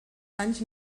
danys